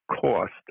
cost